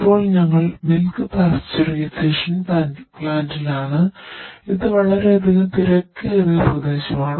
ഇപ്പോൾ ഞങ്ങൾ milk pasteurisation പ്ലാന്റിലാണ്ഇത് വളരെയധികം തിരക്കേറിയ പ്രദേശമാണ്